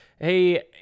hey